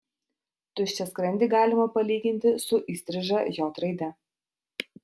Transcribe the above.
tuščią skrandį galima palyginti su įstriža j raide